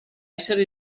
essere